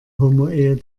homoehe